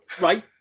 right